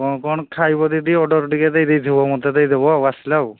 କ'ଣ କ'ଣ ଖାଇବ ଦଦି ଅର୍ଡ଼ର ଟିକେ ଦେଇଥିବ ମୋତେ ଦେଇ ଦେବ ଆଉ ଆସିଲେ ଆଉ